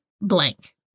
blank